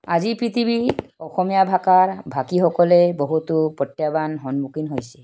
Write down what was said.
আজি পৃথিৱী অসমীয়া ভাষাৰ ভাষীসকলে বহুতো প্ৰত্যাহ্বান সন্মুখীন হৈছে